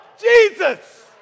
Jesus